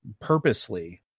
purposely